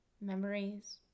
memories